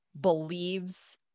believes